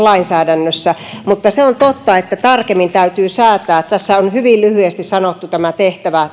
lainsäädännössä mutta se on totta että tarkemmin täytyy säätää tässä lakipykälässä on hyvin lyhyesti sanottu tämä tehtävä